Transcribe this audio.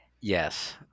yes